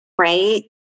right